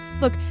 Look